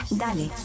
dale